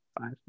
five